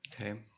Okay